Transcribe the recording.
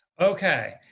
Okay